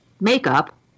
makeup